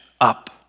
up